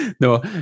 No